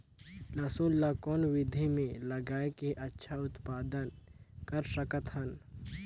लसुन ल कौन विधि मे लगाय के अच्छा उत्पादन कर सकत हन?